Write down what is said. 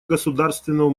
государственного